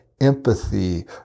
empathy